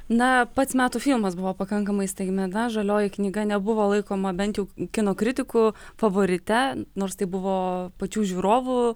na pats metų filmas buvo pakankamai staigmena žalioji knyga nebuvo laikoma bent jau kino kritikų favorite nors tai buvo pačių žiūrovų